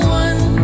one